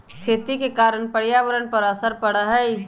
खेती के कारण पर्यावरण पर असर पड़ा हई